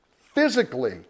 physically